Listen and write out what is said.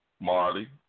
Marty